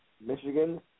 Michigan